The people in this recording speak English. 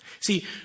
See